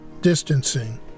distancing